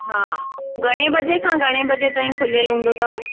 हा घणे बजे खां घणे बजे ताईं खुलियल हूंदो अथव